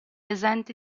esenti